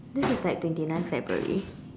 this is like twenty ninth February